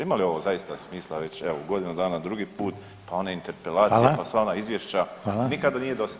Ima li ovo zaista smisla, već evo godinu dana drugi put, pa one interpelacije [[Upadica: Hvala.]] pa sva ona izvješća [[Upadica: Hvala.]] nikada nije dosta.